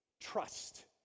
trust